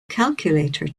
calculator